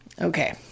Okay